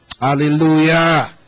hallelujah